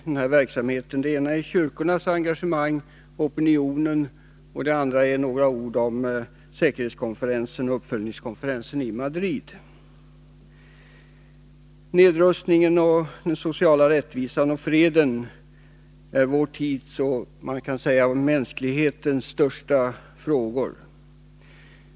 Det ena är kyrkornas engagemang och opinionen, och det andra är några ord om säkerhetskonferensen och uppföljningskonferensen i Madrid. Nedrustningen, den sociala rättvisan och freden är vår tids och mänsklighetens största frågor.